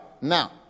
Now